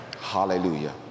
hallelujah